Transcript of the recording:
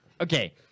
Okay